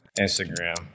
Instagram